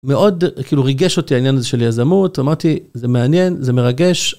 מאוד כאילו ריגש אותי העניין הזה של יזמות, אמרתי זה מעניין, זה מרגש.